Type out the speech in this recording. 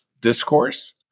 discourse